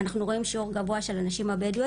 אנחנו רואים שיעור גבוה של הנשים הבדואיות